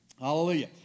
Hallelujah